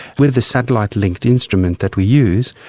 with the satellite linked instrument that we use,